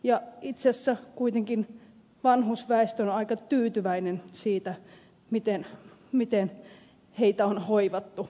itse asiassa kuitenkin vanhusväestö on aika tyytyväinen siihen miten heitä on hoivattu